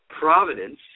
Providence